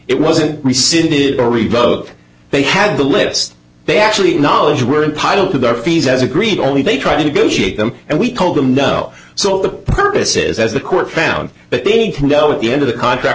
it wasn't rescinded or revoke they had the list they actually acknowledged were piled to their fees as agreed only they try to negotiate them and we told them no so the purpose is as the court found that they need to know at the end of the contract